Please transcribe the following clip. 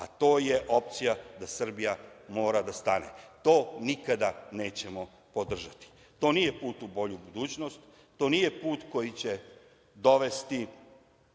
a to je opcija da Srbija mora da stane, to nikada nećemo podržati. To nije put u bolju budućnost, to nije put koji će dovesti